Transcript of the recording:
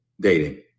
dating